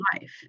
life